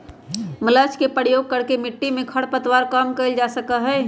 mulch के प्रयोग करके मिट्टी में खर पतवार कम कइल जा सका हई